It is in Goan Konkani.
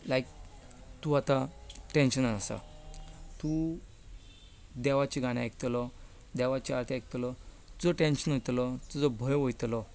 लायक तूं आतां टॅन्शनान आसा तूं देवाचें गाणें आयकतलो देवाची आरती आयकतलो तुजो टॅन्शन वतलें तुजो भंय वतलो